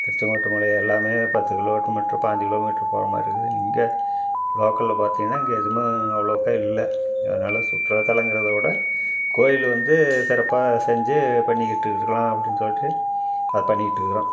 திருச்செங்கோட்டு மலை எல்லாமே பத்து கிலோமீட்ரு மற்றும் பாஞ்சு கிலோமீட்ரு போகிற மாதிரி இருக்குது இங்கே லோக்கலில் பார்த்தீங்கன்னா இங்கே எதுவுமே அவ்வளோக்கா இல்லை அதனால் சுற்றுலாத்தலங்கிறதை விட கோயில் வந்து சிறப்பாக செஞ்சு பண்ணிக்கிட்டிருக்கலாம் அப்படின்னு சொல்லிட்டு அது பண்ணிக்கிட்டிருக்கறோம்